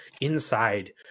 Inside